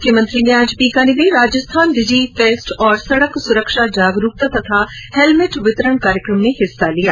मुख्यमंत्री ने आज बीकानेर में राजस्थान डिजी फेस्ट और सड़क सुरक्षा जागरूकता तथा हैलमेट वितरण कार्यक्रम में हिस्सा लिया